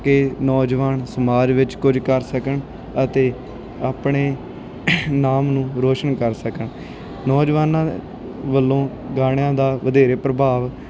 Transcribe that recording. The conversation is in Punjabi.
ਕਿ ਨੌਜਵਾਨ ਸਮਾਜ ਵਿੱਚ ਕੁਝ ਕਰ ਸਕਣ ਅਤੇ ਆਪਣੇ ਨਾਮ ਨੂੰ ਰੋਸ਼ਨ ਕਰ ਸਕਣ ਨੌਜਵਾਨਾਂ ਵੱਲੋਂ ਗਾਣਿਆਂ ਦਾ ਵਧੇਰੇ ਪ੍ਰਭਾਵ